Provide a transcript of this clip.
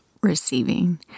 receiving